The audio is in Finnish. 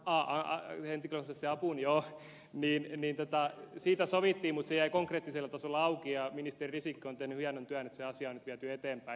aaa ey myyntiprosessi alkuun jos viini mitataan siitä sovitti mutsi jäi konkreettisella tasolla auki ja ministeri risikko on tehnyt hienon työn että se asia on nyt viety eteenpäin